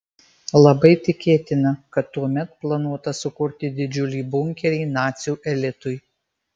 labai tikėtina kad tuomet planuota sukurti didžiulį bunkerį nacių elitui